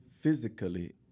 physically